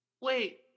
Wait